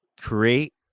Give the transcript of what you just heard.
create